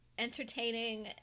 entertaining